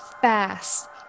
fast